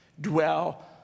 Dwell